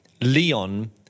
Leon